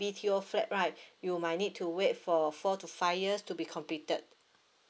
B_T_O flat right you might need to wait for four to five years to be completed